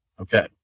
Okay